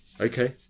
Okay